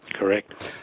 correct.